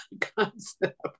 concept